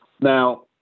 Now